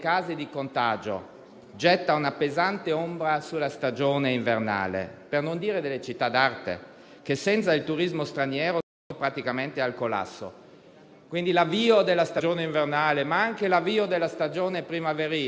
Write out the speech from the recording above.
i territori che rappresentiamo, purtroppo non si riesce ancora a scrivere una parola fine sul rinnovo della concessione della A22. L'Autobrennero è un'arteria di strategica importanza per tutto il Paese,